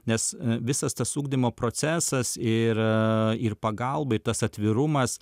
nes visas tas ugdymo procesas ir ir pagalbai tas atvirumas